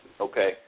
Okay